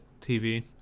TV